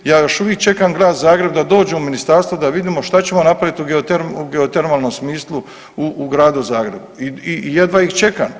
Ja još uvijek čekam Grad Zagreb da dođe u Ministarstvo da vidimo što ćemo napravit u geotermalnom smislu u Gradu Zagrebu i jedva ih čekam.